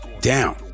down